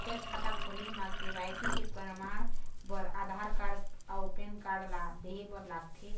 बचत खाता खोले म के.वाइ.सी के परमाण बर आधार कार्ड अउ पैन कार्ड ला देहे बर लागथे